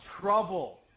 trouble